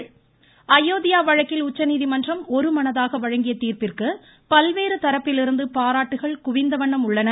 அயோத்தியா அயோத்தியா வழக்கில் உச்சநீதிமன்றம் ஒருமனதாக வழங்கிய தீர்ப்புக்கு பல்வேறு தரப்பிலிருந்து பாராட்டுகள் குவிந்தவண்ணம் உள்ளன